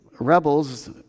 Rebels